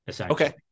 Okay